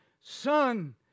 son